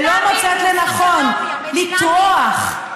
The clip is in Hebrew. ולא מוצאת לנכון לטרוח,